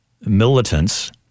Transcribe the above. militants